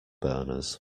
burners